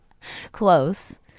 Close